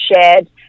shared